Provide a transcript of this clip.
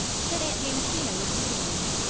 said aunt jamesina rebukingly.